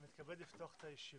אני מתכבד לפתוח את הישיבה.